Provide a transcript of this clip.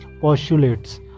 postulates